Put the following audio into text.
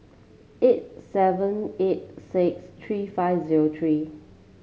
eight seven eight six three five zero three